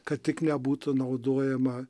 kad tik nebūtų naudojama